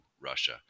Russia